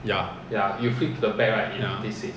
ya ya